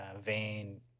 vein